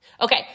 okay